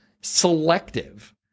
selective